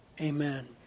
Amen